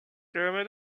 comme